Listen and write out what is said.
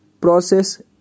Process